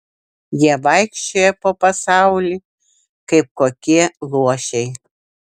jie vaikščioja po pasaulį kaip kokie luošiai